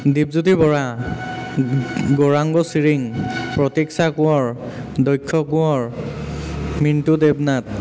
Dipjyoti Bora Gourang Chiring Pratiksha Konwar Daksha Konwar Mintu Debnath